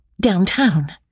downtown